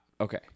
Okay